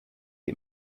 you